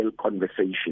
conversation